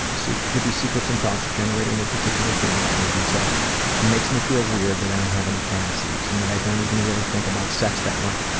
ah do these secrets and thoughts generate any particular feelings towards yourself it makes me feel weird that i don't have any fantasies and that i don't even really think about sex that much,